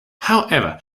however